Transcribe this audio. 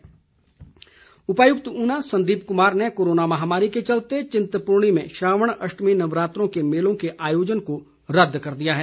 मेला रदद ऊना के उपायुक्त संदीप कुमार ने कोरोना महामारी के चलते चिंतपूर्णी में श्रावण अष्टमी नवरात्रों के मेलों के आयोजन को रद्द कर दिया है